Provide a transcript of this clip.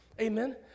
Amen